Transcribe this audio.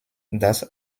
dass